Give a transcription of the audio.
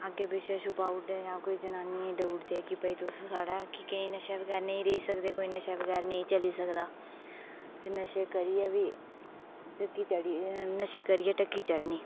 अग्गै पिच्छै छपाऊ उड़दे जां कोई जनानी गी दऊ उड़दे भाई कि तुस साड़ा केईं नशे बगैर नेई ंरेही सकदे कोई नशे बंगैर नेईं चली सकदा ते नशे करियै बी ढक्की नशे करियै ढक्की चढ़नी